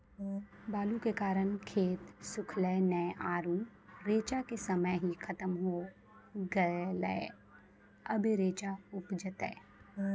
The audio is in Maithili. बालू के कारण खेत सुखले नेय आरु रेचा के समय ही खत्म होय गेलै, अबे रेचा उपजते?